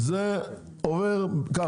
אישה ורואת חשבון זה עובר ככה,